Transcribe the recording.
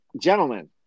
gentlemen